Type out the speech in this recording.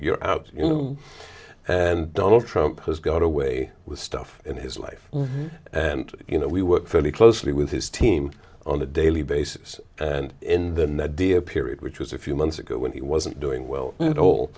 you're out you know and donald trump has got away with stuff in his life and you know we work fairly closely with his team on a daily basis and in the dia period which was a few months ago when he wasn't doing well at